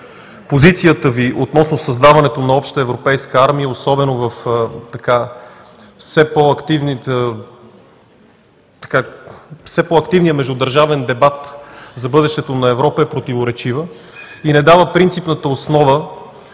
позицията Ви относно създаването на обща европейска армия, особено във все по-активния междудържавен дебат за бъдещето на Европа, е противоречива и не дава принципната основа,